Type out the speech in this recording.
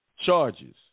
charges